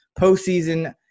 postseason